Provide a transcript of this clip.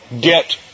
get